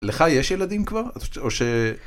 לך יש ילדים כבר, או ש...?